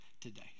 today